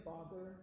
Father